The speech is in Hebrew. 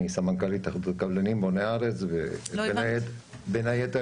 אני סמנכ"ל התאחדות הקבלנים בוני הארץ ובין היתר